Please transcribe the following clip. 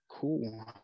cool